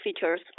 features